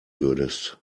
würdest